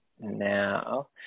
now